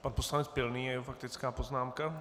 Pan poslanec Pilný a jeho faktická poznámka.